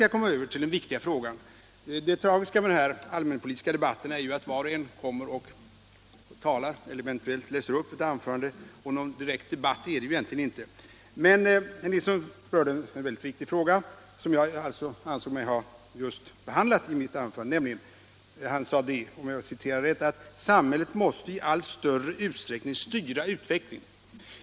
Jag vill också göra det påpekandet att det tragiska med dessa allmänpolitiska debatter är att ledamöterna går upp i talarstolen och håller ett anförande, eventuellt läser upp ett redan skrivet sådant. Någon direkt debatt är det egentligen inte. Men, herr Nilsson, det är en väldigt viktig fråga som jag anser mig ha just behandlat i mitt anförande. Herr Nilsson sade: samhället måste i allt större utsträckning styra utvecklingen.